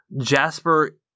Jasper